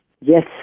Yes